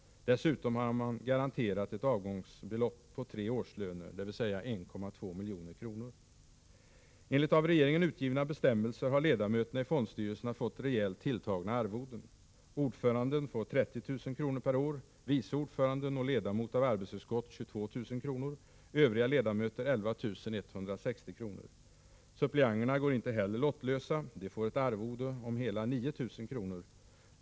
Dessutom har man garanterat ett avgångsbelopp på tre årslöner, dvs. 1,2 milj.kr.! Enligt av regeringen utgivna bestämmelser har ledamöterna i fondstyrelserna fått rejält tilltagna arvoden. Ordföranden får 30 000 kr. per år. Vice ordföranden och ledamot av arbetsutskottet får 22 000 kr. Övriga ledamöter får 11 160 kr. Suppleanterna går inte heller lottlösa. De får ett arvode om hela 9 000 kr.